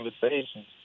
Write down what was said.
conversations